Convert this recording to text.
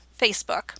Facebook